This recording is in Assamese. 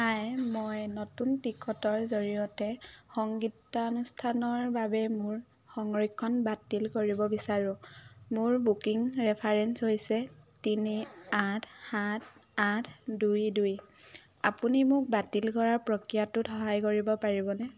হাই মই নতুন টিকটৰ জৰিয়তে সংগীতানুষ্ঠানৰ বাবে মোৰ সংৰক্ষণ বাতিল কৰিব বিচাৰোঁ মোৰ বুকিং ৰেফাৰেন্স হৈছে তিনি আঠ সাত আঠ দুই দুই আপুনি মোক বাতিল কৰাৰ প্ৰক্ৰিয়াটোত সহায় কৰিব পাৰিবনে